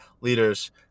leaders